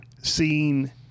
seen